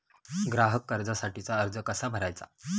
ग्राहक कर्जासाठीचा अर्ज कसा भरायचा?